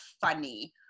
funny